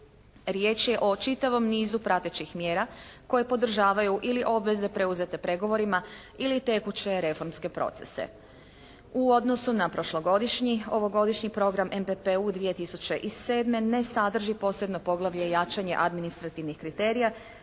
Riječ je o čitavom nizu pratećih mjera koje podržavaju ili obveze preuzete pregovorima ili tekuće reformske procese. U odnosu na prošlogodišnji, ovogodišnji program MPPU 2007. ne sadrži posebno poglavlje jačanja administrativnih kriterija